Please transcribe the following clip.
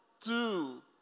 two